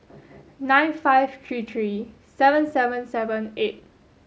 nine five three three seven seven seven eight